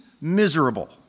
miserable